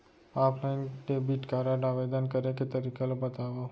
Offline debit card आवेदन करे के तरीका ल बतावव?